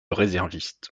réserviste